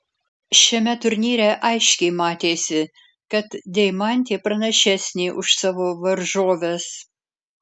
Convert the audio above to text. šiame turnyre aiškiai matėsi kad deimantė pranašesnė už savo varžoves